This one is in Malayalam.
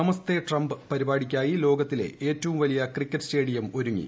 നമസ്തേ ട്രംപ് പരിപാടിയ്ക്കായി ലോകത്തിലെ ഏറ്റവും വലിയ ക്രിക്കറ്റ് സ്റ്റേഡിയം ഒരുങ്ങി